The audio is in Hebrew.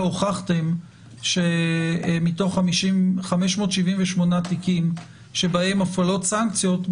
הוכחתם שמתוך 578 תיקים שבהם מופעלות סנקציות,